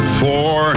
four